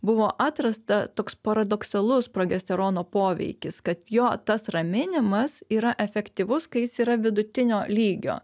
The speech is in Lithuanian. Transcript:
buvo atrasta toks paradoksalus progesterono poveikis kad jo tas raminimas yra efektyvus kai jis yra vidutinio lygio